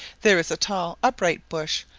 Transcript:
there is a tall upright bush,